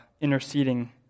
interceding